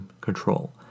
control